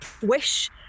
Wish